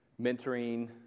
mentoring